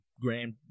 grand